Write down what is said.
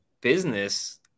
business